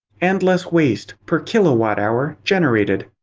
and less waste per kilowatt-hour generated.